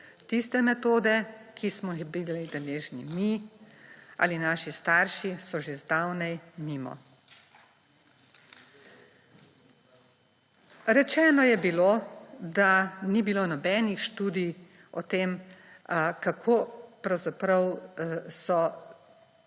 Tiste metode, ki smo jih bili deležni mi ali naši starši, so že zdavnaj mimo. Rečeno je bilo, da ni bilo nobenih študij o tem, kako pravzaprav so